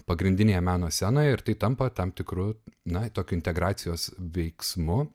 pagrindinėje meno scenoje ir tai tampa tam tikru na tokiu integracijos veiksmu